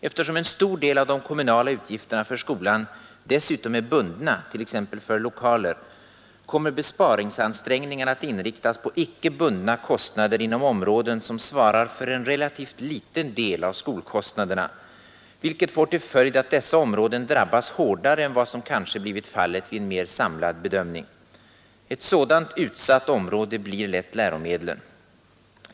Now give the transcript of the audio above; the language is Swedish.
Eftersom en stor del av de kommunala utgifterna för skolan dessutom är bundna, t.ex. för lokaler, kommer besparingsansträngningarna att inriktas på icke bundna kostnader inom områden som svarar för en relativt liten del av skolkostnaderna, vilket får till följd att dessa områden drabbas hårdare än vad som kanske blivit fallet vid en mer samlad bedömning. Ett sådant utsatt område blir lätt läromedlen.